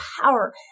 power